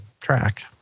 track